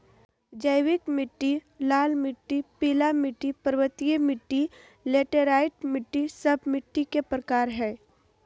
जैविक मिट्टी, लाल मिट्टी, पीला मिट्टी, पर्वतीय मिट्टी, लैटेराइट मिट्टी, सब मिट्टी के प्रकार हइ